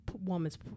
woman's